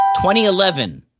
2011